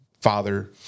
father